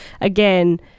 again